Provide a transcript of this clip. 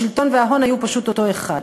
השלטון וההון היו פשוט אותו אחד.